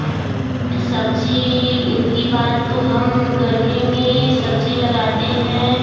सब्ज़ी की बात तो हम गर्मी में सब्ज़ी लगाते हैं